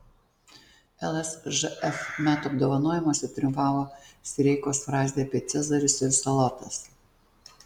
lsžf metų apdovanojimuose triumfavo sireikos frazė apie cezarius ir salotas